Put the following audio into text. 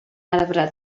arbre